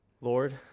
Lord